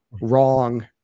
wrong